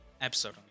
episode